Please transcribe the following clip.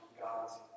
God's